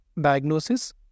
diagnosis